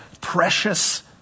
precious